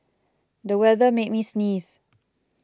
the weather made me sneeze